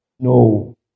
No